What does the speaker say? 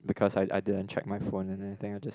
because I I didn't check my phone and anything I just